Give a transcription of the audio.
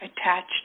attached